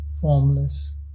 formless